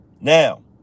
Now